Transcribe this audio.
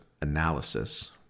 analysis